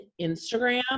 Instagram